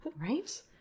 Right